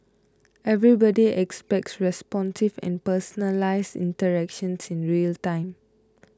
everybody expects responsive and personalised interactions in real time